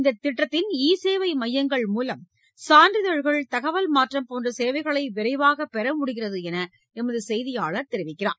இந்த திட்டத்தின் ஈ சேவை மையங்கள் மூலம் சான்றிதழ்கள் தகவல் மாற்றம் போன்ற சேவைகளை விரைவாக பெற முடிகிறது என்று எமது செய்தியாளர் தெரிவிக்கிறார்